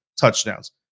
touchdowns